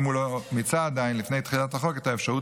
אם לפני תחילת החוק הוא עדיין לא מיצה את האפשרות